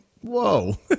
whoa